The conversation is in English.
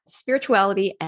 spirituality